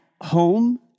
home